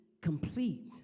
complete